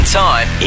time